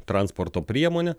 transporto priemonę